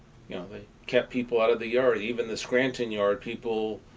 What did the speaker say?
you know they kept people out of the yard, even the scranton yard people,